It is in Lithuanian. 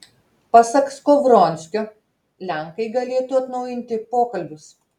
pasak skovronskio lenkai galėtų atnaujinti pokalbius